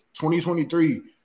2023